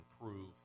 improve